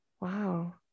Wow